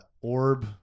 Orb